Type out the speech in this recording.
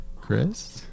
Chris